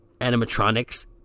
animatronics